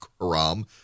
Haram